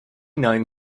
known